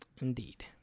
Indeed